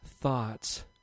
thoughts